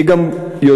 אני גם יודע,